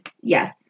yes